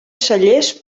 cellers